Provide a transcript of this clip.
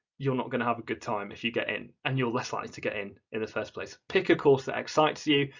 you're not going to have a good time if you get in and you're less likely to get in in the first place. pick a course that excites you,